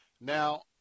Now